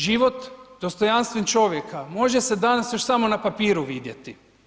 Život dostojanstven čovjeka može se danas još samo na papiru vidjeti.